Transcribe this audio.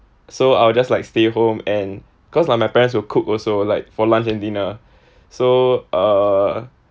so I will just like stay home and cause like my parents will cook also like for lunch and dinner so uh